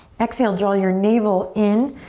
exhale, draw your navel in,